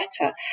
better